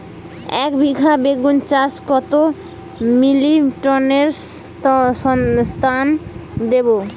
একবিঘা বেগুন চাষে কত মিলি লিটার ওস্তাদ দেবো?